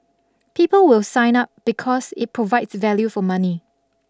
people will sign up because it provides value for money